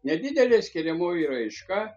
nedidelė skiriamoji raiška